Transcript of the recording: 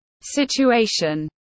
situation